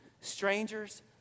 strangers